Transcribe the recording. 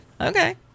Okay